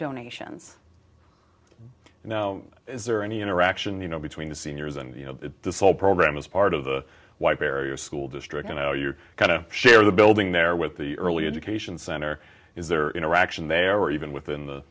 donations you know is there any interaction you know between the seniors and you know this whole program is part of the white barrier school district and how you're going to share the building there with the early education center is there interaction there or even within the